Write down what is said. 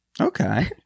okay